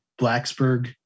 Blacksburg